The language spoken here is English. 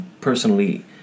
personally